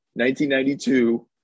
1992